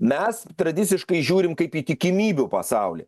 mes tradiciškai žiūrim kaip į tikimybių pasaulį